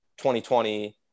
2020